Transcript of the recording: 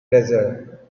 treasurer